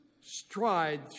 stride